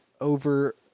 over